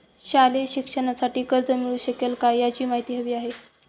शालेय शिक्षणासाठी कर्ज मिळू शकेल काय? याची माहिती हवी आहे